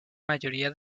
mayoría